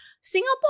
Singapore